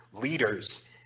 leaders